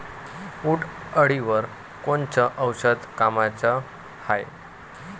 उंटअळीवर कोनचं औषध कामाचं हाये?